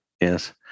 yes